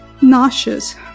nauseous